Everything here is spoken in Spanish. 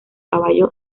caballo